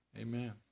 amen